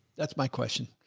that's my question.